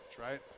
right